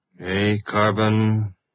A-carbon